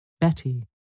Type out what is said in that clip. Betty